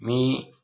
मी